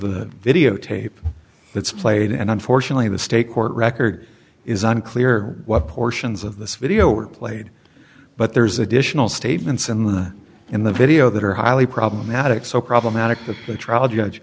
the videotape that's played and unfortunately the state court record is unclear what portions of this video are played but there's additional statements in the in the video that are highly problematic so problematic the trial judge